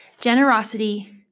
generosity